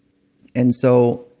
and so,